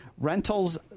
Rentals